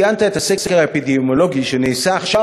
ציינת את הסקר האפידמיולוגי שנעשה עכשיו,